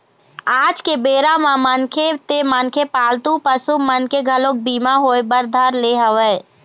आज के बेरा म मनखे ते मनखे पालतू पसु मन के घलोक बीमा होय बर धर ले हवय